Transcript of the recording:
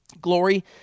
Glory